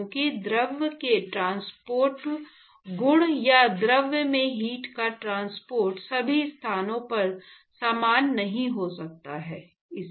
क्योंकि द्रव के ट्रांसपोर्ट गुण या द्रव में हीट का ट्रांसपोर्ट सभी स्थानों पर समान नहीं हो सकता है